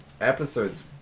episodes